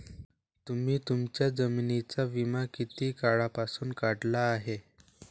तुम्ही तुमच्या जमिनींचा विमा किती काळापासून काढला आहे?